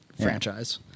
franchise